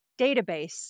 database